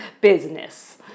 business